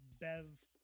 Bev